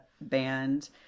band